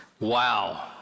Wow